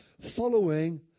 following